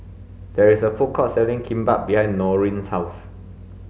there is a food court selling Kimbap behind Norene's house